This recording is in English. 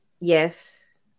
Yes